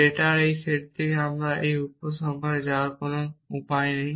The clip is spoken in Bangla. ডেটার এই সেট থেকে আপনি এই উপসংহারে যাওয়ার কোন উপায় নেই